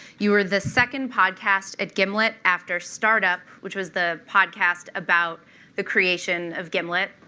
you were the second podcast at gimlet after startup, which was the podcast about the creation of gimlet,